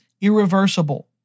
irreversible